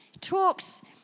talks